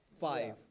five